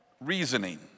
reasoning